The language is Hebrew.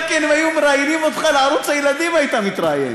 גם אם היו מראיינים אותך לערוץ הילדים היית מתראיין.